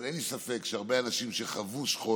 אבל אין לי ספק שהרבה אנשים שחוו שכול